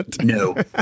No